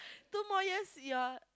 two more years you're